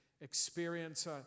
experience